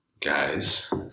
guys